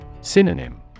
Synonym